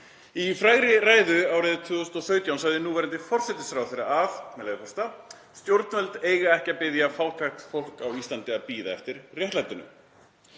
Í frægri ræðu árið 2017 sagði núverandi forsætisráðherra, með leyfi forseta: „Stjórnvöld eiga ekki að biðja fátækt fólk á Íslandi að bíða eftir réttlætinu.“